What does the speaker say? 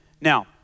Now